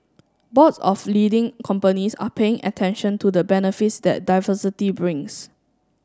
boards of leading companies are paying attention to the benefits that diversity brings